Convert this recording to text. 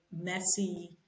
messy